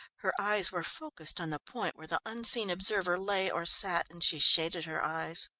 her eyes were focused on the point where the unseen observer lay or sat, and she shaded her eyes.